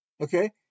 Okay